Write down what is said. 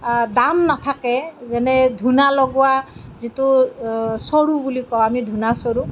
দাম নাথাকে যেনে ধূনা লগোৱা যিটো চৰু বুলি কওঁ আমি ধূনা চৰু